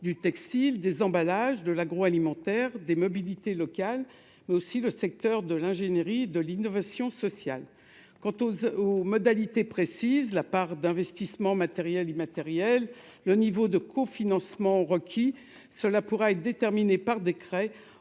du textile, des emballages de l'agroalimentaire, des mobilités local mais aussi le secteur de l'ingénierie de l'innovation sociale quant aux et aux modalités précises de la part d'investissement matériel immatériel, le niveau de cofinancement requis, cela pourra être déterminée par décret